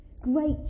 great